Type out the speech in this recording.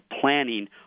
planning